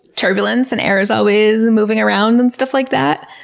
turbulence, and air is always moving around and stuff like that.